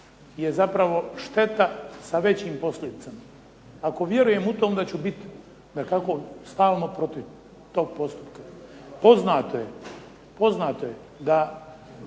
je zapravo šteta sa većim posljedicama. Ako vjerujem u to onda ću biti dakako stalno protiv toga postupka. Poznato je da droga